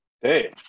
Hey